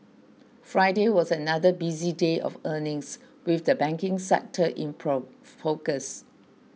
Friday was another busy day of earnings with the banking sector in pro focus